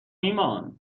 ایمان